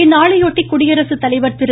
இந்நாளையொட்டி குடியரசு தலைவர் திரு